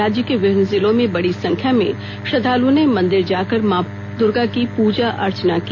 राज्य के विभिन्न जिलों में बड़ी संख्या में श्रद्वालुओं ने मंदिर जाकर मां दर्गा की पूजा अर्चना की